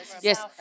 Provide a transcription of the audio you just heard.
Yes